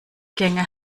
gänge